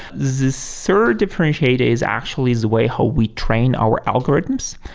the so third differentiator is actually the way how we train our algorithms.